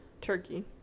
turkey